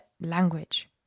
language